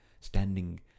standing